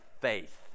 faith